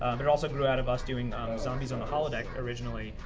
but it also grew out of us doing zombies on a holodeck, originally.